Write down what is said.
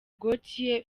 gotye